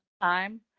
time